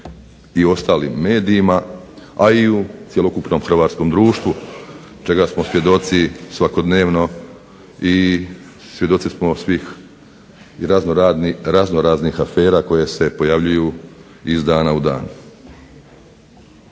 i ostalim medijima, a i u cjelokupnom hrvatskom društvu čega smo svjedoci svakodnevno i svjedoci smo svih i raznoraznih afera koje se pojavljuju iz dana u dan.